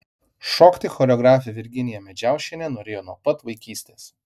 šokti choreografė virginija medžiaušienė norėjo nuo pat vaikystės